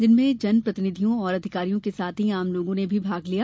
जिनमें जन प्रतिनिधियों और अधिकारियों के साथ ही आम लोगों ने भी भाग लिया